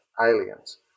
aliens